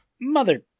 Mother